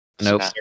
Nope